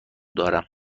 دارم